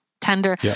tender